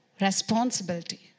responsibility